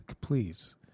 please